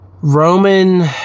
Roman